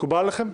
מקובל עליכם?